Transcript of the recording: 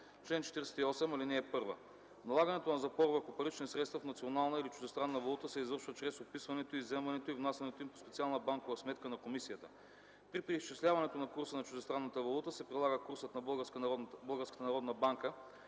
чл. 48: „Чл. 48. (1) Налагането на запор върху парични средства в национална или чуждестранна валута се извършва чрез описването, изземването и внасянето им по специална банкова сметка на комисията. При преизчисляване на курса на чуждестранната валута се прилага курсът на